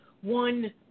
one